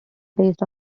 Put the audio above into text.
based